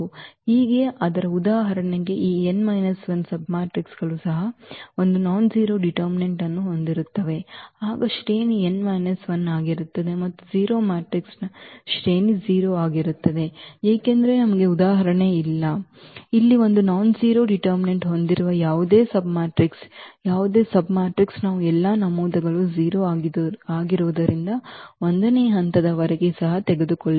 ಆದರೆ ಉದಾಹರಣೆಗೆ ಈ n 1 ಸಬ್ಮ್ಯಾಟ್ರಿಕ್ಗಳು ಸಹ ಒಂದು ನಾನ್ಜೆರೋ ಡಿಟರ್ಮಿನೆಂಟ್ ಅನ್ನು ಹೊಂದಿರುತ್ತವೆ ಆಗ ಶ್ರೇಣಿ n 1 ಆಗಿರುತ್ತದೆ ಮತ್ತು 0 ಮ್ಯಾಟ್ರಿಕ್ಸ್ನ ಶ್ರೇಣಿ 0 ಆಗಿರುತ್ತದೆ ಏಕೆಂದರೆ ನಮಗೆ ಉದಾಹರಣೆಗೆ ಇಲ್ಲ ಇಲ್ಲಿ ಇದು ನಾನ್ಜೆರೋ ಡಿಟರ್ಮಿನೆಂಟ್ ಹೊಂದಿರುವ ಯಾವುದೇ ಸಬ್ಮ್ಯಾಟ್ರಿಕ್ಸ್ ಯಾವುದೇ ಸಬ್ಮ್ಯಾಟ್ರಿಕ್ಸ್ ನಾವು ಎಲ್ಲಾ ನಮೂದುಗಳು 0 ಆಗಿರುವುದರಿಂದ 1 ನೇ ಹಂತದವರೆಗೆ ಸಹ ತೆಗೆದುಕೊಳ್ಳಿ